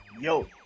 Yo